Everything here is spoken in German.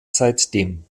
seitdem